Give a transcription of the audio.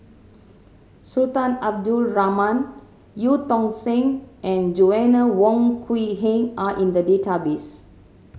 Sultan Abdul Rahman Eu Tong Sen and Joanna Wong Quee Heng are in the database